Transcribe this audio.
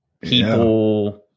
people